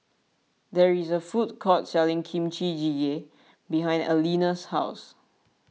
there is a food court selling Kimchi Jjigae behind Aleena's house